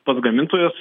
pats gamintojas